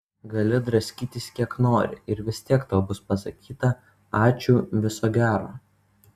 gali draskytis kiek nori ir vis tiek tau bus pasakyta ačiū viso gero